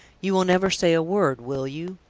you will never say a word, will you?